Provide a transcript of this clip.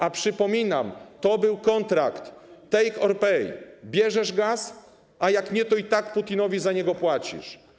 A przypominam: to był kontrakt ˝take or pay˝ - bierzesz gaz, a jak nie, to i tak Putinowi za niego płacisz.